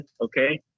okay